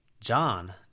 John